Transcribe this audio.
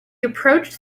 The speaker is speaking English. approached